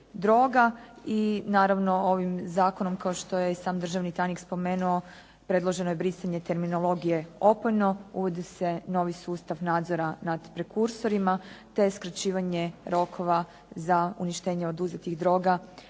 i naravno ovim zakonom kao što je i sam državni tajnik spomenuo predloženo je brisanje terminologije "opojno", uvodi se novi sustav nadzora nad prekursorima te skraćivanje rokova za uništenje oduzetih droga